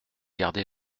garder